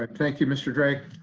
ah thank you, mr. drake.